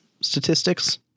statistics